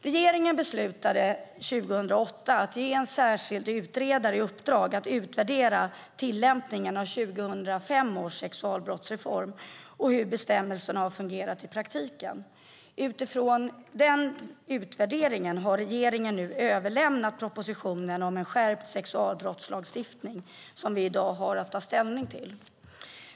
Regeringen beslutade 2008 att ge en särskild utredare i uppdrag att utvärdera tillämpningen av 2005 års sexualbrottsreform och hur bestämmelserna har fungerat i praktiken. Utifrån denna utvärdering har regeringen nu överlämnat propositionen om en skärpt sexualbrottslagstiftning som vi i dag har att ta ställning till.